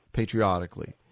patriotically